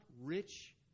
rich